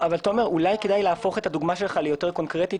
אולי כדאי להפוך את הדוגמה שלך ליותר קונקרטית